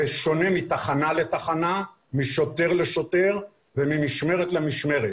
זה שונה מתחנה לתחנה, משוטר לשוטר וממשמרת למשמרת.